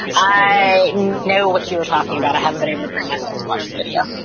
i know what you're talking about. i haven't been able to bring myself to watch the video